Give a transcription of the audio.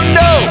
no